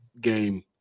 game